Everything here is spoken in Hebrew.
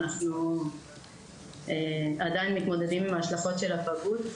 אנחנו עדיין מתמודדים עם ההשלכות של הפגות,